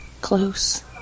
Close